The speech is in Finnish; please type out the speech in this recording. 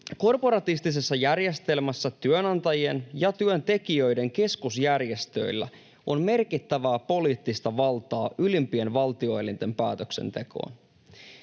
Korporatistisessa järjestelmässä työnantajien ja työntekijöiden keskusjärjestöillä on merkittävää poliittista valtaa ylimpien valtioelinten päätöksentekoon.